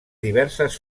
diverses